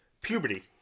puberty